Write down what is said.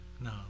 No